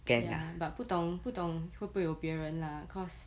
ya but 不懂不懂会不会有别人 lah cause